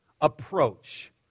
approach